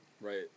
Right